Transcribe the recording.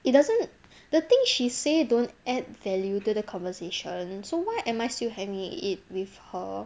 it doesn't the thing she say don't add value to the conversation so why am I still hanging it with her